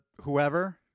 whoever